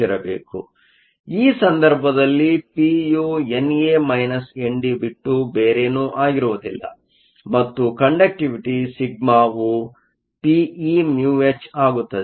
ಆದ್ದರಿಂದ ಈ ಸಂದರ್ಭದಲ್ಲಿ ಪಿಯು ಎನ್ ಎ ಎನ್ ಡಿ ಬಿಟ್ಟು ಬೇರೆನೂ ಆಗಿರುವುದಿಲ್ಲ ಮತ್ತು ಕಂಡಕ್ಟಿವಿಟಿ σ ವು peμh ಆಗುತ್ತದೆ